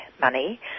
money